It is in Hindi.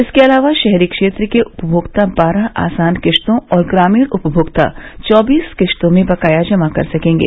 इसके अलावा शहरी क्षेत्र के उपभोक्ता बारह आसान किस्तों और ग्रामीण उपमोक्ता चौबीस किस्तों में बकाया जमा कर सकेंगे